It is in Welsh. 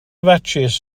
fatsis